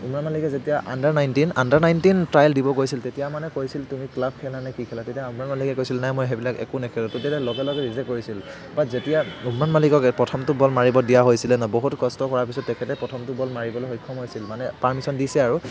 উমৰাণ মালিকে যেতিয়া under nineteen under nineteen trial দিব গৈছিল তেতিয়া মানে কৈছিল তুমি ক্লাৱ খেলানে কি খেলা তেতিয়া উমৰাণ মালিকে কৈছিল নাই মই সেইবিলাক একো নেখেলোঁ তেতিয়া তেওঁক লগে লগে ৰীজেক্ট কৰিছিল তাৰপা যেতিয়া উমৰাণ মালিকক প্ৰথমটো বল মাৰিব দিয়া হৈছিলে ন বহুত কষ্ট কৰাৰ পাছত তেখেতে প্ৰথমটো বল মাৰিবলে সক্ষম হৈছিল মানে পাৰ্মিশ্বন দিছে আৰু